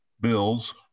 bills